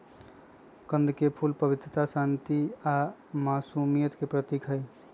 कंद के फूल पवित्रता, शांति आ मासुमियत के प्रतीक हई